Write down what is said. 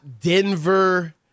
Denver